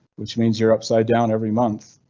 which means you're upside down every month.